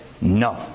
no